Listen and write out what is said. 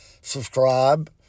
subscribe